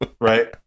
right